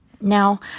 Now